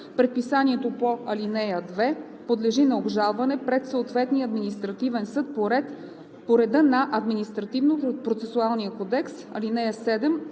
Предписанието по ал. 2 подлежи на обжалване пред съответния административен съд по реда на Административнопроцесуалния кодекс.